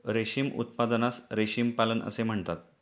रेशीम उत्पादनास रेशीम पालन असे म्हणतात